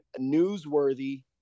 newsworthy